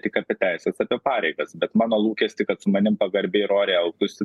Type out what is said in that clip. tik apie teises apie pareigas bet mano lūkestį kad su manim pagarbiai ir oriai elgtųsi